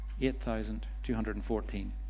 8,214